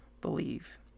believe